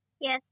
Yes